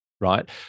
Right